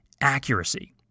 accuracy